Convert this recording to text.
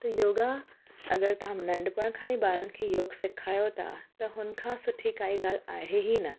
त योगा अगरि तव्हां नंढपण खां ई ॿारनि खे योग सिखायो था त हुनखां सुठी काई ॻाल्हि आहे ई न